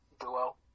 duo